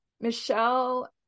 Michelle